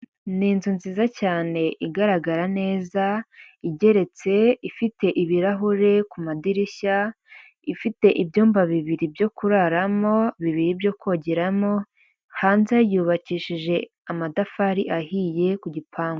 Ni inzu nziza cyane igaragara neza, igeretse ifite ibirahure ku madirishya, ifite ibyumba bibiri byo kuraramo, bibiri byo kongeramo, hanze yubakishije amatafari ahiye ku gipangu.